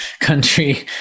country